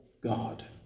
God